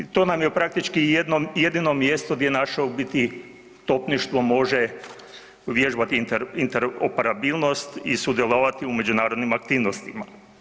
To nam je praktički jedno jedino mjesto gdje naše u biti topništvo može vježbati interoperabilnost i sudjelovati u međunarodnim aktivnostima.